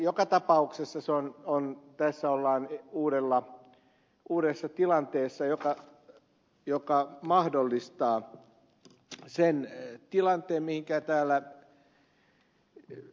joka tapauksessa tässä ollaan uudessa tilanteessa joka mahdollistaa sen tilanteen mihinkä ed